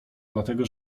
dlatego